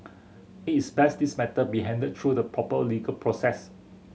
it is best this matter be handled through the proper legal process